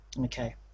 okay